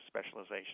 specialization